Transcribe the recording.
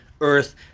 Earth